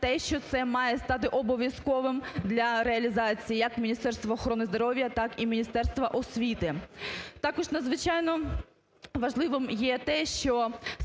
що це має стати обов'язковим для реалізації як Міністерства охорони здоров'я так і Міністерства освіти. Також надзвичайно важливим є те, що